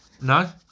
No